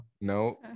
no